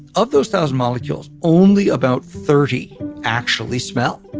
of those thousand molecules, only about thirty actually smell.